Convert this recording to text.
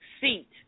seat